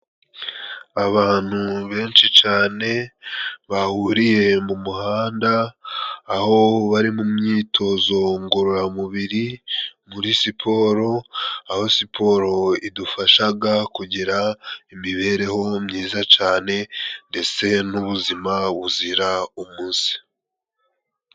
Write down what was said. Abantu benshi cyane bahuriye mu muhanda aho bari mu myitozo ngororamubiri muri siporo, aho siporo idufashaga kugira imibereho myiza cane ndetse n'ubuzima buzira umuze.